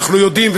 אנחנו יודעים,